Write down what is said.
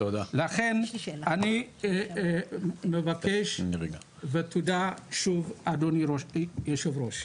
לכן, אני מבקש ותודה שוב אדוני היו"ר.